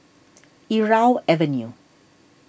Irau Avenue